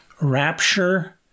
Rapture